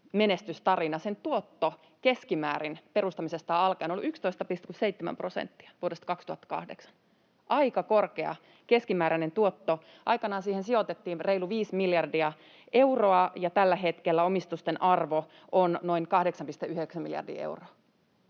menestystarina. Sen keskimääräinen tuotto perustamisesta alkaen on ollut 11,7 prosenttia vuodesta 2008 — aika korkea keskimääräinen tuotto. Aikanaan siihen sijoitettiin reilu 5 miljardia euroa, ja tällä hetkellä omistusten arvo on noin 8,9 miljardia euroa.